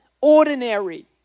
ordinary